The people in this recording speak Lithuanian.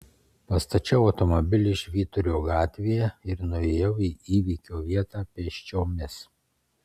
pastačiau automobilį švyturio gatvėje ir nuėjau į įvykio vietą pėsčiomis